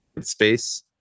space